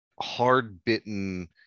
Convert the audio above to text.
hard-bitten